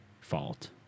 fault